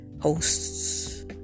hosts